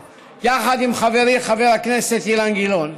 יחד עם חברי חבר הכנסת אילן גילאון.